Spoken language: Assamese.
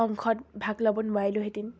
অংশত ভাগ ল'ব নোৱাৰিলোহেঁতেন